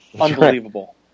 Unbelievable